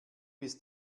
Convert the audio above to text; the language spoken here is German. bis